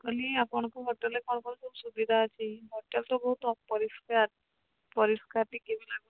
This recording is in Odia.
କହିଲି ଆପଣଙ୍କ ହୋଟେଲରେ କ'ଣ କ'ଣ ସବୁ ସୁବିଧା ଅଛି ହୋଟେଲ ତ ବହୁତ ଅପରିଷ୍କାର ପରିଷ୍କାର ଟିକେ ବି ଲାଗୁନି